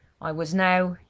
i was now,